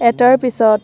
এটাৰ পিছত